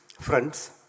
Friends